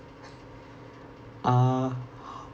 uh